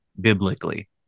biblically